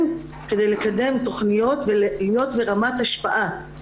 כדי לקדם תוכניות ולהיות ברמת השפעה.